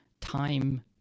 time